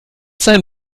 sein